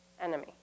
enemy